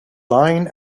line